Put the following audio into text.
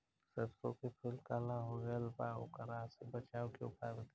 सरसों के फूल काला हो गएल बा वोकरा से बचाव के उपाय बताई?